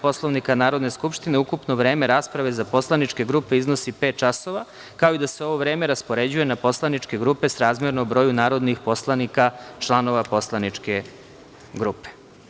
Poslovnika Narodne skupštine ukupno vreme rasprave za poslaničke grupe iznosi pet časova, kao i da se ovo vreme raspoređuje na poslaničke grupe srazmerno broju narodnih poslanika članova poslaničke grupe.